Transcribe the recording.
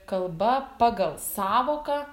kalba pagal sąvoką